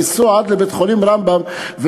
לנסוע עד לבית-חולים רמב"ם,